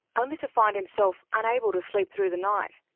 and to find himself unable to sleep through the night.